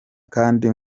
kandi